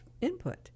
input